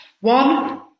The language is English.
one